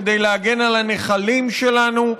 כדי להגן על הנחלים שלנו,